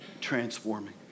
Transforming